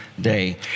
day